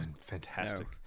fantastic